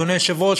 אדוני היושב-ראש,